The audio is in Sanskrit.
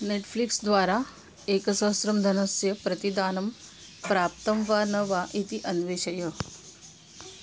नेट्फ्लिक्स् द्वारा एकसहस्रं धनस्य प्रतिदानं प्राप्तं वा न वा इति अन्वेषय